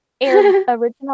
original